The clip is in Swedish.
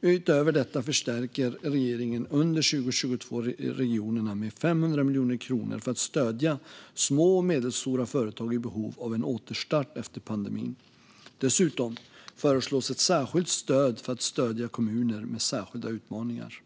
Utöver detta förstärker regeringen under 2022 regionerna med 500 miljoner kronor för att stödja små och medelstora företag i behov av en återstart efter pandemin. Dessutom föreslås ett särskilt stöd för att stödja kommuner med särskilda utmaningar.